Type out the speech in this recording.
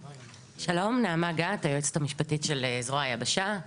שלום, נעמה גת, היועצת המשפטית של זרוע היבשה.